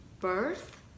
birth